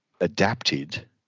adapted